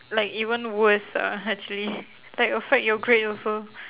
like even worse uh actually that affect your grade also